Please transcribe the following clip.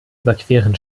überqueren